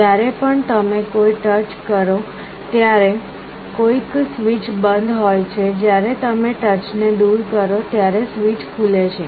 જ્યારે પણ તમે કોઈ ટચ કરો ત્યારે કોઈક સ્વીચ બંધ હોય છે જ્યારે તમે ટચ ને દૂર કરો છો ત્યારે સ્વીચ ખુલે છે